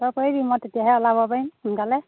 তই কৰি দিবি মই তেতিয়াহে ওলাব পাৰিম সোনকালে